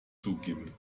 zugeben